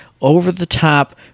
over-the-top